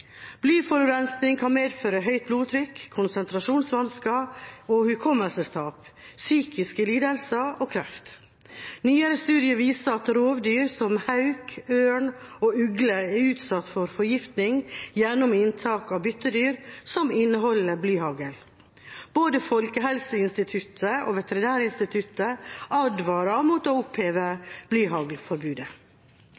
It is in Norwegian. kan medføre høyt blodtrykk, konsentrasjonsvansker og hukommelsestap, psykiske lidelser og kreft. Nyere studier viser at rovdyr som hauk, ørn og ugle er utsatt for forgiftning gjennom inntak av byttedyr som inneholder blyhagl. Både Folkehelseinstituttet og Veterinærinstituttet advarer mot å oppheve